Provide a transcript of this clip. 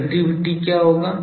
directivity क्या होगा